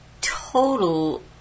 total